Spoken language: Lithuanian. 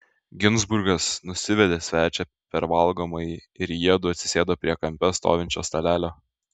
ginzburgas nusivedė svečią per valgomąjį ir jiedu atsisėdo prie kampe stovinčio stalelio